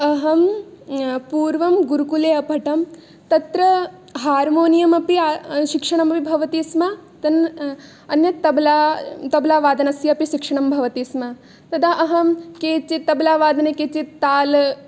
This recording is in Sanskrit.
अहं पूर्वं गुरुकुले अपठम् तत्र हार्मोनियम् अपि शिक्षणम् अपि भवति स्म तन् अन्यत् तबला तबलावादनस्य अपि शिक्षणं भवति स्म तदा अहं केचित् तबलावादने केचित् ताल्